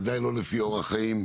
בוודאי לא לפי אורח חיים,